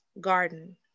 garden